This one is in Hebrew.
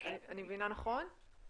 אני מבינה נכון?